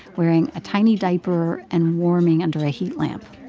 wearing a tiny diaper and warming under a heat lamp.